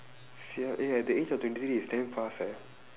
[sial] eh at the age of twenty three is damn fast eh